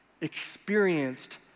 experienced